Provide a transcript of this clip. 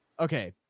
Okay